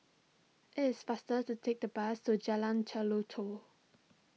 it is faster to take the bus to Jalan Jelutong